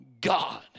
God